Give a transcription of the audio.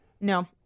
No